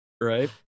right